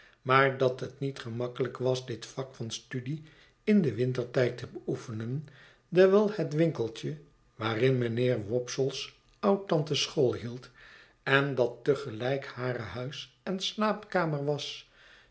maar dat het niet gemakkelijk was dit vak van studie in den wintertijd te beoefenen dewijl het winkeltje waarin mijnheer wopsle's oudtante school hield en dat te gelijk hare huis en slaapkamer was